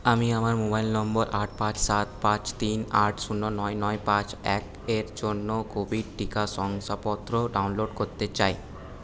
আমি আমার মোবাইল নম্বর আট পাঁচ সাত পাঁচ তিন আট শূন্য নয় নয় পাঁচ এক এর জন্য কোভিড টিকা শংসাপত্র ডাউনলোড করতে চাই